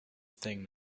thing